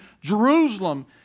Jerusalem